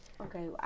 Okay